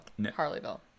Harleyville